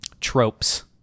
Tropes